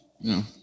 No